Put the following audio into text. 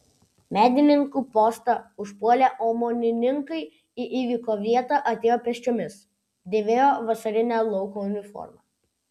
medininkų postą užpuolę omonininkai į įvykio vietą atėjo pėsčiomis dėvėjo vasarinę lauko uniformą